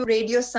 Radio